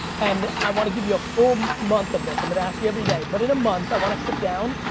and i wanna give you a full month of this. i'm gonna ask you every day, but in a month, i wanna sit down,